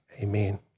Amen